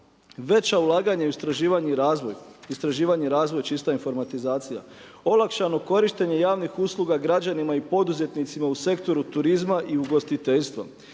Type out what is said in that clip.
i razvoj. Istraživanje i razvoj, čista informatizacija. Olakšano korištenje javnih usluga građanima i poduzetnicima u sektoru turizma i ugostiteljstva.